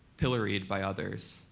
pilloried by others.